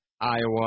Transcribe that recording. Iowa